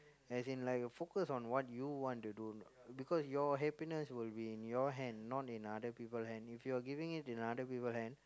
as in like focus on what you want to do because your happiness will be in your hand not in other people hand if you're giving it to other people hand